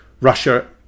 Russia